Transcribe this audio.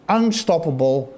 unstoppable